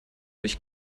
durch